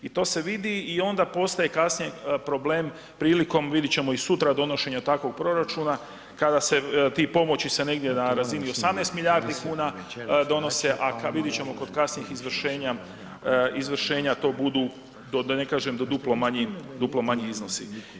I to se vidi i onda postaje kasnije problem prilikom vidit ćemo i sutra donošenja takvog proračuna kada se ti pomoći se negdje na razini 18 milijardi kuna donose, a vidit ćemo kod kasnijih izvršenja, izvršenja to budu da ne kažem duplo, duplo manji iznosi.